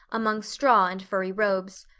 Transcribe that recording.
among straw and furry robes.